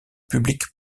publique